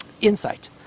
insight